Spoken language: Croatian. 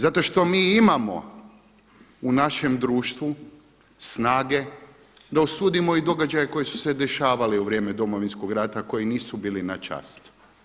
Zato što mi imamo u našem društvu snage da osudimo i događaje koji su se dešavali u vrijeme Domovinskog rata koji nisu bili na čast.